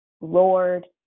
Lord